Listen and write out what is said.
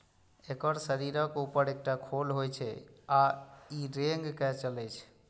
एकर शरीरक ऊपर एकटा खोल होइ छै आ ई रेंग के चलै छै